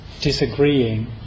disagreeing